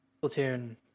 platoon